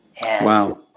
Wow